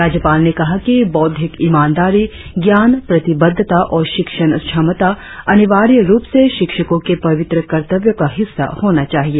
राज्यपाल ने कहा कि बौद्धिक ईमानदारी ज्ञान प्रतिबद्धता और शिक्षण क्षमता अनिवार्य रुप से शिक्षकों के पवित्र कर्तव्यों का हिस्सा होना चाहिए